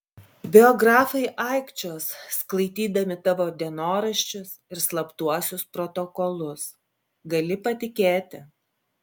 biografai aikčios sklaidydami tavo dienoraščius ir slaptuosius protokolus gali patikėti